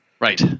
Right